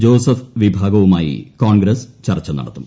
Joseph വിഭാഗവുമായി കോൺഗ്രസ് ചർച്ച നടത്തും